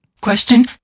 Question